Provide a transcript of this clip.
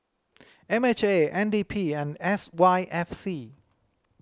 M H A N D P and S Y F C